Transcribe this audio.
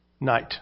Knight